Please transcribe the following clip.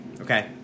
Okay